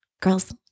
girls